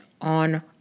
on